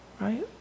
right